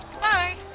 Bye